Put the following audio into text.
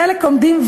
חלק עומדים,